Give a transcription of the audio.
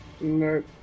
No